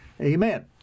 Amen